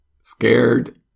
scared